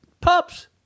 pups